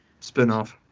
spinoff